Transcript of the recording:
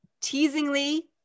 teasingly